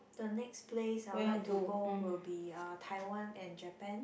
the next place I would like to go will be uh Taiwan and Japan